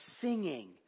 singing